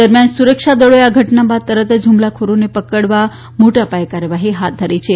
દરમિયાન સુરક્ષા દળોએ આ ઘટના બાદ તરત જ હુમલાખોરોને પકડવા માટે મોટા પાયે કાર્યવાહી હાથ ધરી છે